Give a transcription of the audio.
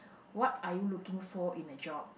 what are you looking for in a job